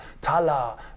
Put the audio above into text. Tala